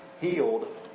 healed